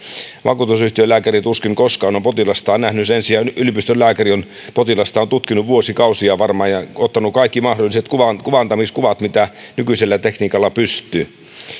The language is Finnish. vakuutusyhtiölääkäri tuskin koskaan on potilastaan nähnyt sen sijaan yliopistolääkäri on potilastaan tutkinut varmaan vuosikausia ja ottanut kaikki mahdolliset kuvantamiskuvat mitä nykyisellä tekniikalla pystyy eli